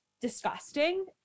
disgusting